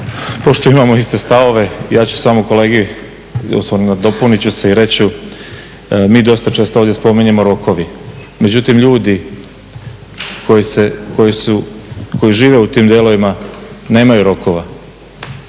Pošto imamo iste stavove ja ću samo kolegi u stvari nadopunit ću se i reći mi dosta često ovdje spominjemo rokovi. Međutim, ljudi koji žive u tim delovima nemaju rokova.